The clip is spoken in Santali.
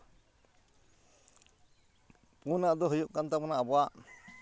ᱯᱩᱱᱟᱜ ᱫᱚ ᱦᱩᱭᱩᱜ ᱠᱟᱱ ᱛᱟᱵᱚᱱᱟ ᱟᱵᱚᱣᱟᱜ